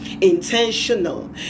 Intentional